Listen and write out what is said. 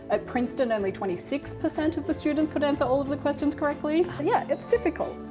at princeton, only twenty six percent of the students could answer all of the questions correctly. yeah. it's difficult.